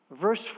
Verse